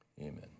Amen